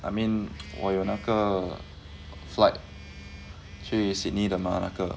I mean 我有那个 flight 去 sydney 的吗那个